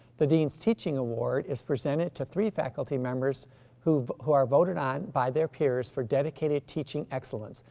the dean's teaching award is presented to three faculty members who who are voted on by their peers for dedicated teaching excellence.